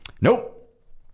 Nope